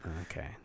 Okay